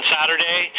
Saturday